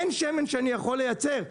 אין שמן שאני יכול לייצר,